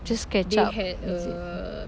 just catch up is it